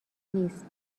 نیست